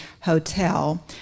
hotel